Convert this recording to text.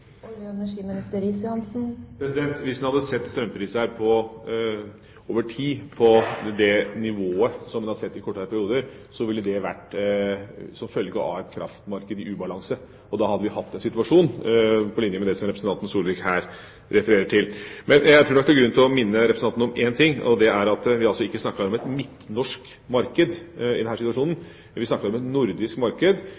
Hvis en over tid hadde sett strømpriser på det nivået som vi har sett i kortere perioder, ville det ha vært som følge av et kraftmarked i ubalanse. Da hadde vi hatt en situasjon på linje med den representanten Solvik-Olsen her refererer til. Men jeg tror det er grunn til å minne representanten om én ting, og det er at vi ikke snakker om et midtnorsk marked i